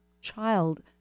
child